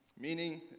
Meaning